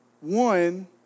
one